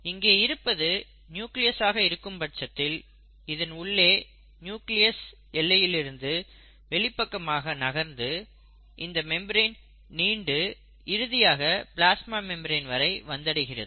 இங்கே இருப்பது நியூக்ளியஸ் ஆக இருக்கும் பட்சத்தில் இதன் உள்ளே நியூக்ளியஸ் எல்லையிலிருந்து வெளிப்பக்கமாக நகர்ந்து இந்த மெம்பரேன் நீண்டு இறுதியாக பிளாஸ்மா மெம்பரேன் வரை வந்தடைகிறது